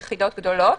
יחידות גדולות.